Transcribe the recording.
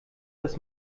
dass